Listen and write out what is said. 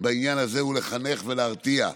בעניין הזה הוא לחנך ולהרתיע,